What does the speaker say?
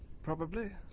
probably.